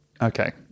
Okay